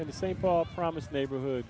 and the st paul promised neighborhood